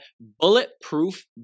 Bulletproof